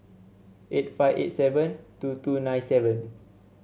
eight five eight seven two two nine seven